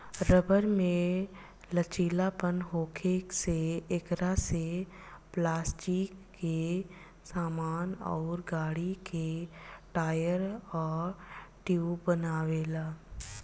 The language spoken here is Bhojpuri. रबर में लचीलापन होखे से एकरा से पलास्टिक के सामान अउर गाड़ी के टायर आ ट्यूब बनेला